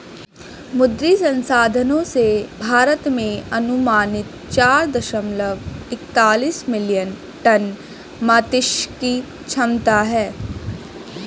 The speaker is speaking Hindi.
मुद्री संसाधनों से, भारत में अनुमानित चार दशमलव एकतालिश मिलियन टन मात्स्यिकी क्षमता है